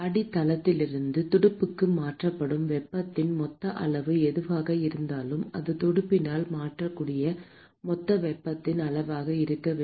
அடித்தளத்திலிருந்து துடுப்புக்கு மாற்றப்படும் வெப்பத்தின் மொத்த அளவு எதுவாக இருந்தாலும் அது துடுப்பினால் மாற்றக்கூடிய மொத்த வெப்பத்தின் அளவாக இருக்க வேண்டும்